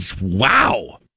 wow